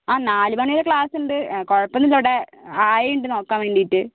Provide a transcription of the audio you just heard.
ആ നാല് മണിവരെ ക്ളാസ്സുണ്ട് കുഴപ്പമൊന്നും ഇല്ല ഇവിടെ ആയയുണ്ട് നോക്കാൻ വേണ്ടീട്ട്